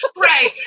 Right